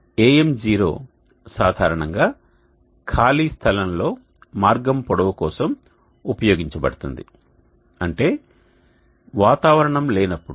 AM0 సాధారణంగా ఖాళీ స్థలంలో మార్గం పొడవు కోసం ఉపయోగించబడుతుంది అంటే వాతావరణం లేనప్పుడు